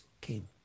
came